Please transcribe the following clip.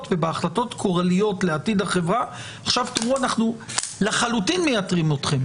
ובהחלטות גורליות לעתיד החברה עכשיו תאמרו שאתם לחלוטין מייתרים אותם.